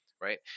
right